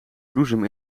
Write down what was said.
bloesem